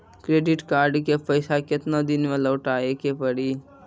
Credit card के पैसा केतना दिन मे लौटाए के पड़ी?